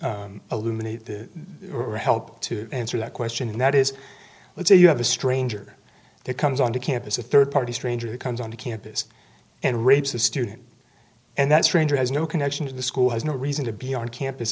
illuminate the help to answer that question and that is let's say you have a stranger that comes onto campus a third party stranger who comes on the campus and rapes a student and that stranger has no connection to the school has no reason to be on campus